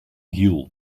hiel